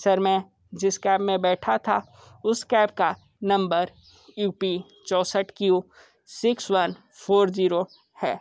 sir मैं जिस cab में बैठा था उस कैब का नंबर यू पी चौंसठ Q six one four zero है